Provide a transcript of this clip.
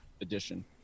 edition